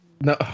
No